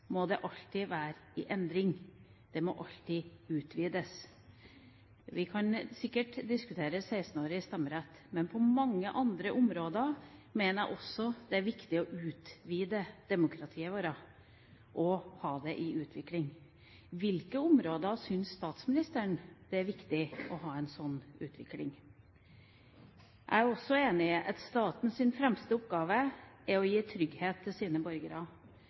må det alltid være i endring, det må alltid utvides. Vi kan sikkert diskutere 16-åringers stemmerett, men på mange andre områder mener jeg at det er viktig å utvide demokratiet vårt og ha det i utvikling. På hvilke områder syns statsministeren det er viktig å ha en slik utvikling? Jeg er også enig i at statens fremste oppgave er å gi trygghet til sine borgere.